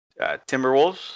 Timberwolves